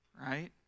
right